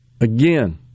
again